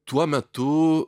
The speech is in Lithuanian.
tuo metu